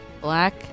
Black